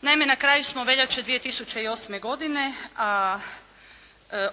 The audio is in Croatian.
Naime na kraju smo veljače 2008. godine, a